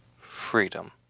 freedom